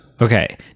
Okay